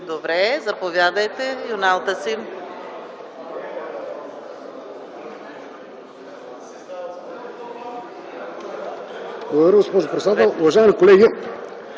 Добрев? Заповядайте.